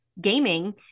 gaming